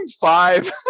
five